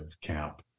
camp